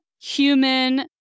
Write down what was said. human